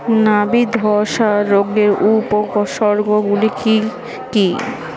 নাবি ধসা রোগের উপসর্গগুলি কি কি?